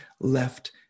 left